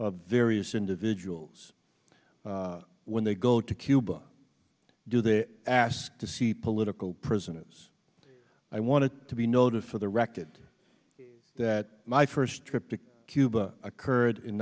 of various individuals when they go to cuba do they ask to see political prisoners i want to be noted for the record that my first trip to cuba occurred in